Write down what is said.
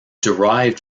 derived